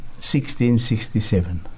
1667